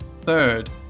Third